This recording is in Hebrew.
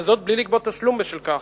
וזאת בלי לגבות תשלום בשל כך.